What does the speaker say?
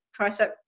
tricep